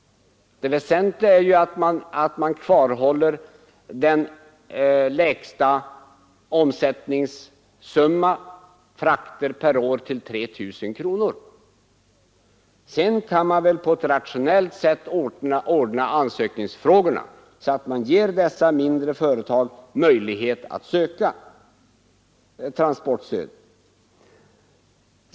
Det väsentliga är att man kvarhåller den lägsta fraktsumman per år vid 3 000 kronor. Sedan kan man på ett rationellt sätt ordna ansökningsfrågorna, så att man ger dessa mindre företag möjlighet att söka transportstöd.